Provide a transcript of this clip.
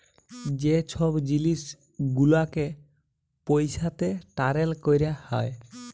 যে ছব জিলিস গুলালকে পইসাতে টারেল ক্যরা হ্যয়